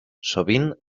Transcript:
sovint